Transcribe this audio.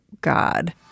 God